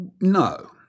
No